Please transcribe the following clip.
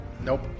Nope